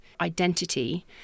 identity